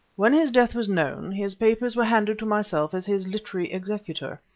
when his death was known, his papers were handed to myself as his literary executor.